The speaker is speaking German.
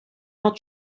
hat